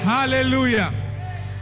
hallelujah